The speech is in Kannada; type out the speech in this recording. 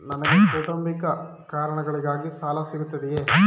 ನನಗೆ ಕೌಟುಂಬಿಕ ಕಾರಣಗಳಿಗಾಗಿ ಸಾಲ ಸಿಗುತ್ತದೆಯೇ?